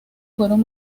fueron